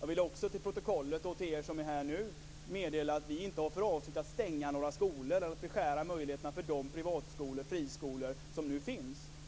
Jag vill också till protokollet och till er som är här nu i kammaren meddela att vi inte har för avsikt att stänga några skolor eller beskära möjligheterna för de privatskolor och friskolor som nu finns.